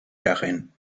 darin